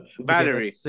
Valerie